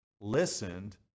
listened